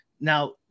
now